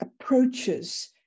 approaches